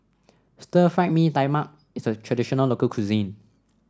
Stir Fried Mee Tai Mak is a traditional local cuisine